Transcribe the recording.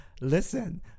listen